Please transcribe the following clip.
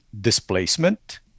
displacement